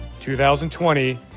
2020